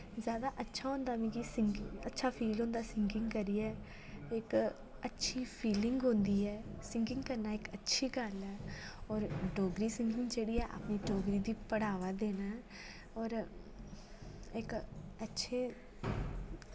जैदा अच्छा होंदा मिगी सिंगिंग अच्छा फील होंदा सिंगिंग करिये इक अच्छी फीलिंग औंदी ऐ सिंगिंग करना इक अच्छी गल्ल ऐ और डोगरी सिंगिंग च गे अपनी डोगरी दी बड़ाबा देना ऐ ते और इक अच्छे